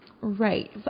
right